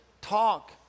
talk